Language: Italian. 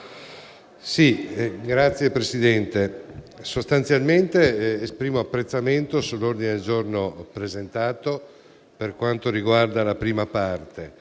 Signor Presidente, esprimo apprezzamento sull'ordine del giorno presentato per quanto riguarda la prima parte.